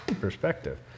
perspective